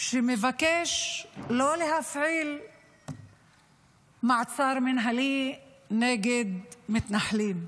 שמבקש לא להפעיל מעצר מינהלי נגד מתנחלים.